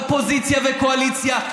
אופוזיציה וקואליציה.